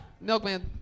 Milkman